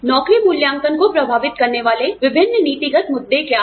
नौकरी मूल्यांकन को प्रभावित करने वाले विभिन्न नीतिगत मुद्दे क्या हैं